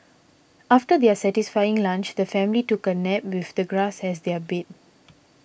after their satisfying lunch the family took a nap with the grass as their bed